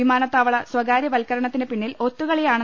വിമാനത്താവള സ്വകാര്യവത്കരണത്തിന് പിന്നിൽ ഒത്തുകളിയാണ്